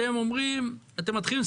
נכון,